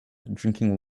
drinking